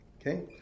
Okay